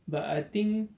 but I think I